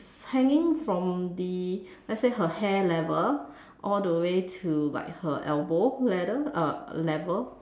hanging from the let's say her hair level all the way to her like elbow level uh level